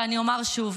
ואני אומר שוב,